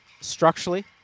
structurally